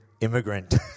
immigrant